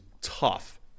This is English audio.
tough